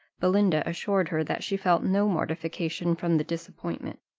belinda assured her that she felt no mortification from the disappointment.